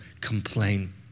complain